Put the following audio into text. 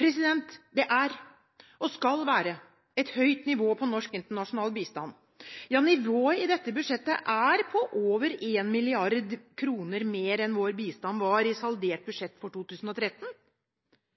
Det er, og skal være, et høyt nivå på norsk internasjonal bistand. Ja, nivået i dette budsjettet er på over 1 mrd. kr mer enn vår bistand var i saldert budsjett for 2013